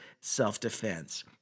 self-defense